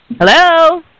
Hello